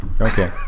Okay